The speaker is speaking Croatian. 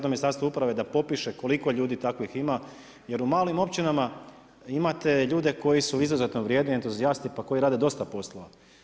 Ministarstvo uprave da popiše koliko ljudi takvih ima jer u malim općinama imate ljude koji su izuzetno vrijedni, entuzijasti, pa koji rade dosta poslova.